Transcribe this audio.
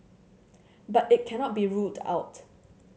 but it cannot be ruled out